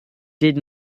did